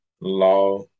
law